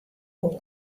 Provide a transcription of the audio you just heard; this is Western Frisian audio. wol